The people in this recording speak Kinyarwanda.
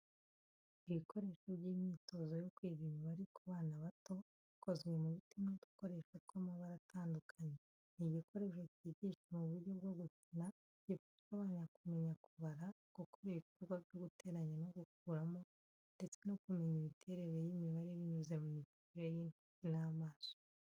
Ibikoresho by’imyitozo yo kwiga imibare ku bana bato, ikozwe mu biti n’udukoresho tw’amabara atandukanye. Ni igikoresho cyigisha mu buryo bwo gukina, gifasha abana kumenya kubara, gukora ibikorwa byo guteranya no gukuramo, ndetse no kumenya imiterere y’imibare binyuze mu mikorere y’intoki n’amaso.